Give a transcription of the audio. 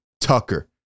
Tucker